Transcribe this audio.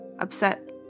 upset